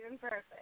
perfect